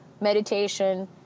meditation